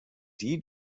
die